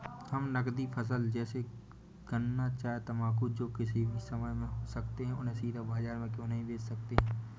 हम नगदी फसल जैसे गन्ना चाय तंबाकू जो किसी भी समय में हो सकते हैं उन्हें सीधा बाजार में क्यो नहीं बेच सकते हैं?